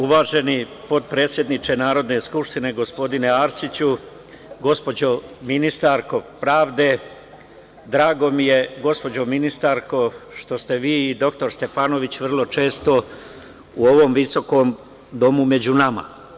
Uvaženi potpredsedniče Narodne skupštine, gospodine Arsiću, gospođo ministarko pravde, drago mi je gospođo ministarko što ste vi i dr Stefanović, vrlo često u ovom visokom Domu među nama.